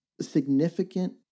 significant